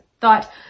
thought